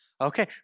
okay